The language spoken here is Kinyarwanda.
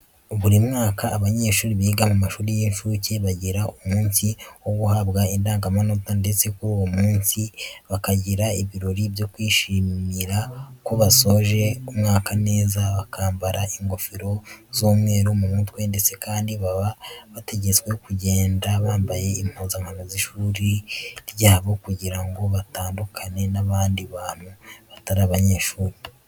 Buri mwaka, abanyeshuri biga mu mashuri y'incuke bagira umunsi wo guhabwa indangamanota ndetse kuri uwo munsi bakagira ibirori byo kwishimira ko basoje umwaka neza, bakambara ingofero z'umweru mu mutwe ndetse kandi baba bategetswe kugenda bambaye impuzankano z'ishuri ryabo kugira ngo batandukane n'abandi bantu batari abanyeshuri.